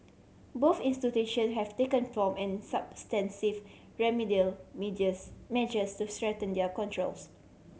both institution have taken prompt and substantive remedial measures to strengthen their controls